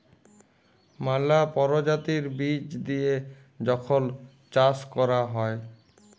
ম্যালা পরজাতির বীজ দিঁয়ে যখল চাষ ক্যরা হ্যয়